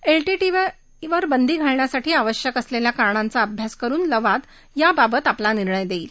एला भाईवर बंदी घालण्यासाठी आवश्यक असलेल्या कारणांचा अभ्यास करुन लवाद याबाबतीत आपला निर्णय देईल